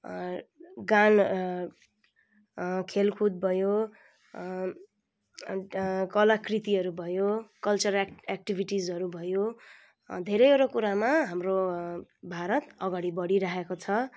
गान खेलकुद भयो अन्त कलाकृतिहरू भयो कल्चर एक्टिभिटीजहरू भयो धेरैवटा कुराहरूमा हाम्रो भारत अगाडि बढिराखेको छ